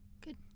Good